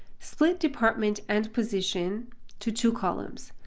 split department and position to two columns.